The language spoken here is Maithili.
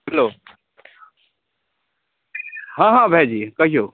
हेलो हॅं हॅं भाईजी कहियौ